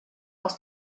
aus